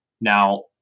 Now